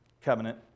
Covenant